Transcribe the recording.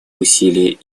усилия